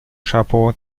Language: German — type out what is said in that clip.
chapeau